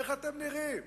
איך אתם נראים?